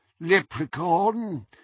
Leprechaun